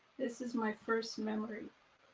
this is my first memory.